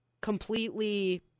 completely